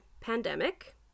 pandemic